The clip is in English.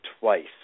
twice